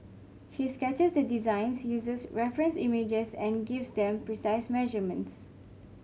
he sketches the designs uses reference images and gives them precise measurements